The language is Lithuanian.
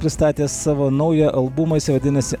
pristatė savo naują albumą jisai vadinasi